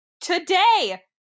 today